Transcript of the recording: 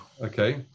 Okay